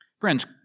Friends